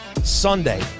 Sunday